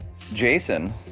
Jason